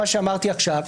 מה שאמרתי עכשיו,